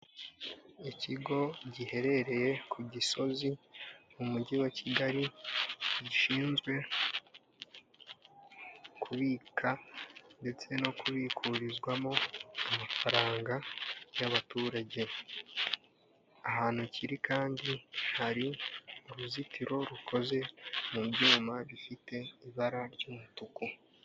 Ikigo giherereye ku Gisozi, mu mujyi wa Kigali gishinzwe kubika ndetse no kubikurizwamo amafaranga y'abaturage. Ahantu kiri kandi hari uruzitiro rukoze mu byuma bifite ibara ry'umutuku.